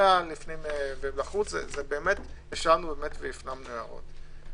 באמת ישבנו והפנמנו הערות.